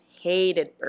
hated